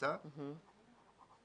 המועצה לפי יחסי הכוחות של הסיעות במועצה.